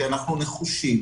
כי אנחנו נחושים.